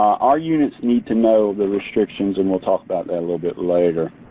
our units needs to know the restrictions and we'll talk about that a little bit later.